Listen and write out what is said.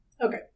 Okay